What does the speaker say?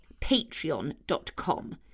Patreon.com